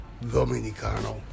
dominicano